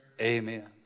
Amen